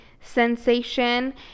sensation